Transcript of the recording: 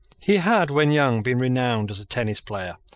he had, when young, been renowned as a tennis player,